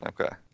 Okay